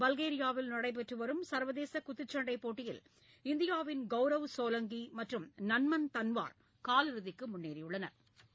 பல்கேரியாவில் நடைபெற்று வரும் சர்வதேச குத்துச் சண்டை போட்டியில் இந்தியாவின் கவுரவ் சோலங்கி மற்றும் நன்மன் தன்வாா் காலிறுதிக்கு முன்னேறியுள்ளனா்